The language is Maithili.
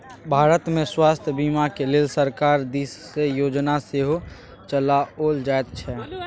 भारतमे स्वास्थ्य बीमाक लेल सरकार दिससँ योजना सेहो चलाओल जाइत छै